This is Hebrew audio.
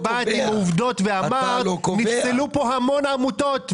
את אמרת שנפסלו פה המון עמותות,